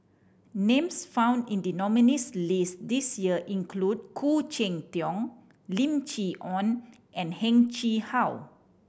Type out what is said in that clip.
names found in the nominees' list this year include Khoo Cheng Tiong Lim Chee Onn and Heng Chee How